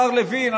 השר לוין,